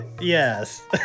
Yes